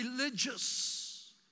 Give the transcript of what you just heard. religious